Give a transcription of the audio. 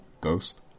Ghost